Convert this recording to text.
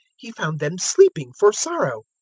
he found them sleeping for sorrow.